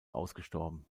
ausgestorben